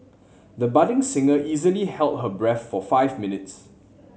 the budding singer easily held her breath for five minutes